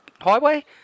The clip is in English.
highway